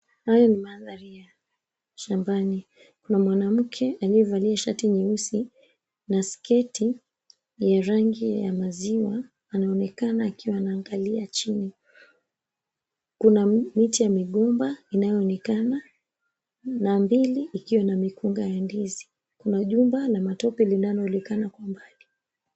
Haya ni mandhari ya shambani kuna mwanamke aliyevalia shati nyeusi na sketi ya rangi ya maziwa anaonekana akiwa anaangalia chini kuna miti ya migomba inayoonekana na mbili ikiwa na mikunga ya ndizi. Kuna jumba la matope linaloonekana kwa mbali.